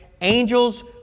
Angels